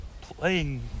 playing